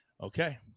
Okay